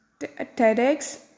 TEDx